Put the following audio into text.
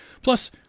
Plus